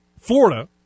Florida